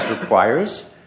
requires